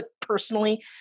personally